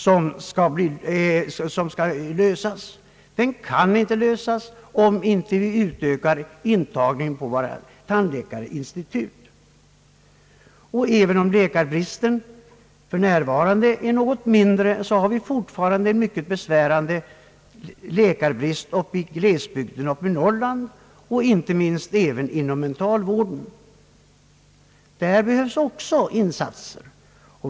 Den frågan kan inte lösas om vi inte ökar intagningen på våra tandläkarinstitut. Även om läkarbristen för närvarande är något mindre har vi dock fortfarande en mycket besvärande sådan brist inom glesbygderna i Norrland. Det gäller även mentalvården, där det också behövs insatser.